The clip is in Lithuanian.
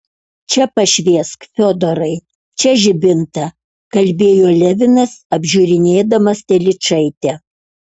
čia pašviesk fiodorai čia žibintą kalbėjo levinas apžiūrinėdamas telyčaitę